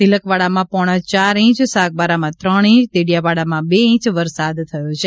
તિલકવાડામાં પોણા ચાર ઇંચ સાગબારામાં ત્રણ ઇંચ દેડીયાપાડામાં બે ઇંચ વરસાદ થયો છે